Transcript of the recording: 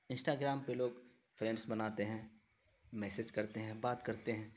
Instagram پہ لوگ friends بناتے ہیں میسیج کرتے ہیں بات کرتے ہیں